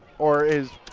or his.